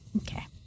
Okay